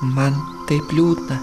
man taip liūdna